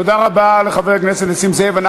תודה רבה לחבר הכנסת נסים זאב.